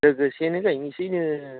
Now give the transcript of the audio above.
लोगोसेनो गायनिसैनो